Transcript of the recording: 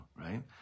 right